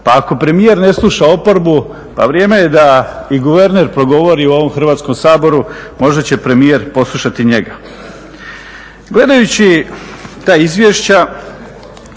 pa ako premijer ne sluša oporbu pa vrijeme je da i guverner progovori u ovom Hrvatskom saboru, možda će premijer poslušati njega. Gledajući ta izvješća